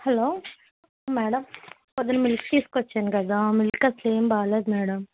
hello madam ప్రొద్దున milk తీసుకొచ్చాను కదా మిల్క్ అసలేమి బాగాలేదు మేడం